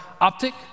Optic